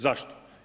Zašto?